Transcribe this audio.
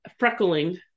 Freckling